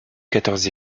quatorze